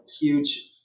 huge